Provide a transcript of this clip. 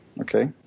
okay